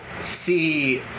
see